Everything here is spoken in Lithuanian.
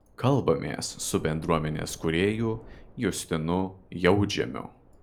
kalbamės su bendruomenės kūrėju justinu jautžemiu